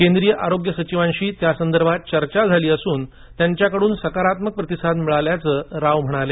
केंद्रीय आरोग्य सचिवांशी त्यासंदर्भात चर्चा झाली असून त्यांच्याकडून सकारात्मक प्रतिसाद मिळाल्याचं राव म्हणाले